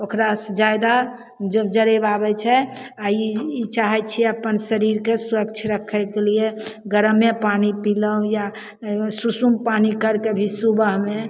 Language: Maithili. ओकरा जादा जब जरेब आबय छै आओर ई ई चाहय छी अपन शरीरके स्वस्थ रखयके लिए गरमे पानि पिलहुँ या एगो सुसुम पानि करके भी सुबहमे